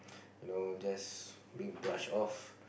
you know just being brush off